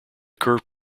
curved